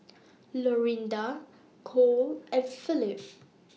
Lorinda Kole and Phillip